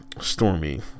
Stormy